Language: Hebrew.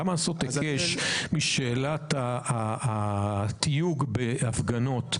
למה לעשות היקש משאלת התיוג בהפגנות,